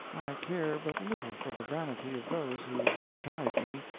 i care but little for the vanity of those who would chide me,